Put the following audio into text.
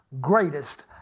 greatest